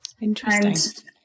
Interesting